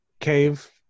cave